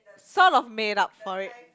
sort of made up for it